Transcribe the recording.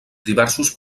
diversos